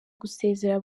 gusezera